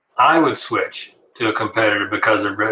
i would switch to a competitor because they're better,